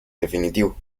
definitivo